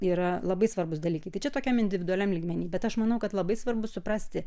yra labai svarbūs dalykai tai čia tokiam individualiam lygmeny bet aš manau kad labai svarbu suprasti